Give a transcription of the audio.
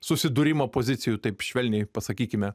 susidūrimo pozicijų taip švelniai pasakykime